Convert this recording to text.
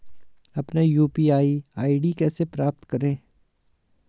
अपना UPI ID कैसे प्राप्त करें?